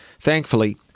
Thankfully